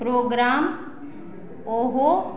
programme ओहो